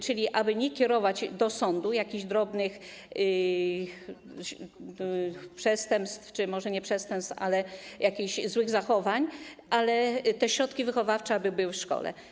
Chodzi o to, aby nie kierować do sądu jakichś drobnych przestępstw - może nie przestępstw, ale jakichś złych zachowań - i aby te środki wychowawcze były w szkole.